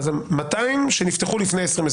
אז 200 שנפתחו לפני 2020?